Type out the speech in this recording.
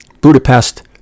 Budapest